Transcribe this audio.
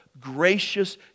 gracious